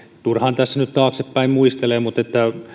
turhaan tässä nyt taaksepäin muistelee mutta